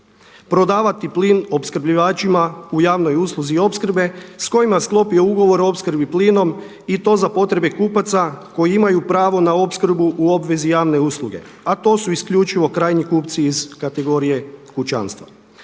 prodavati plin opskrbljivačima u javnoj usluzi opskrbe s kojima je sklopio ugovor o opskrbi plinom i to za potrebe kupaca koji imaju pravo na opskrbu u obvezi javne usluge, a to su isključivo krajnji kupci iz kategorije kućanstva.